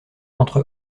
entre